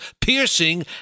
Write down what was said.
piercing